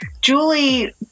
Julie